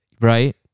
Right